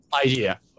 idea